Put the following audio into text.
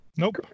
Nope